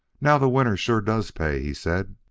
now the winner sure does pay, he said.